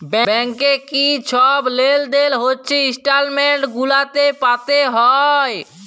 ব্যাংকে কি ছব লেলদেল হছে ইস্ট্যাটমেল্ট গুলাতে পাতে হ্যয়